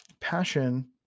passion